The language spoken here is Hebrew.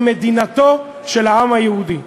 היא מדינתו של העם היהודי.